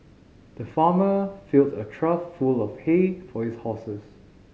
the farmer filled a trough full of hay for his horses